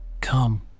come